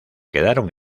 quedaron